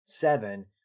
seven